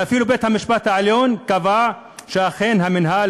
ואפילו בית-המשפט העליון קבע שאכן המינהל